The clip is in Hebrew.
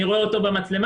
אני רואה אותו במצלמה,